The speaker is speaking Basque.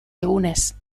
egunez